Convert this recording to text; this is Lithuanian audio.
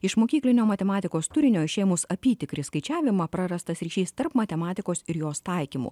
iš mokyklinio matematikos turinio išėmus apytikrį skaičiavimą prarastas ryšys tarp matematikos ir jos taikymų